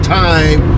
time